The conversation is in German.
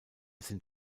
sind